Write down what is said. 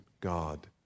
God